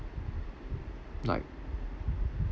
like